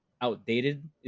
outdated